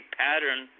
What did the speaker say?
pattern